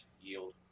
Yield